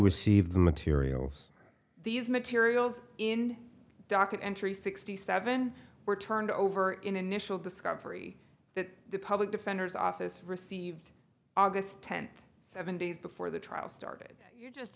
receive the materials these materials in docket entry sixty seven were turned over in initial discovery that the public defender's office received august tenth seven days before the trial started just